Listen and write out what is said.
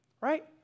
right